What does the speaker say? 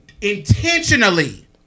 intentionally